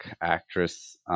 actress